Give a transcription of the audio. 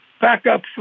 backup